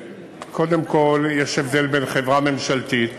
קודם כול, יש הבדל בין חברה ממשלתית,